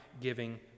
giving